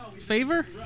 favor